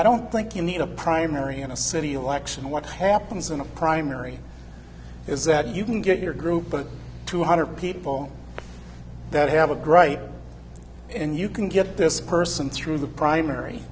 i don't think you need a primary in a city election what happens in a primary is that you can get your group but two hundred people that have a gripe and you can get this person through the primary